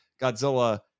Godzilla